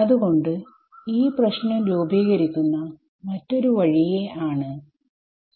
അത്കൊണ്ട് ഈ പ്രശ്നം രൂപീകരിക്കുന്ന മറ്റൊരു വഴിയെ ആണ്